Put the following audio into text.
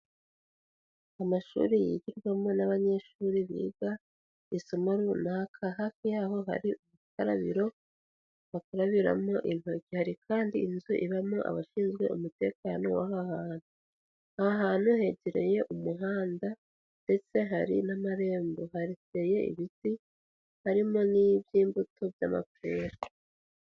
Amashuri yigirwamo n'abanyeshuri biga isomo runaka, hafi y'aho hari urukarabiro bakarabiramo intoki, hari kandi inzu ibamo abashinzwe umutekano w'aha hantu. Aha hantu hegereye umuhanda ndetse hari n'amarembo, hateye ibiti harimo n'iby'imbuto by'amapera.